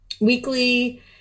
weekly